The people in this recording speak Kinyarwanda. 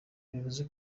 bivuze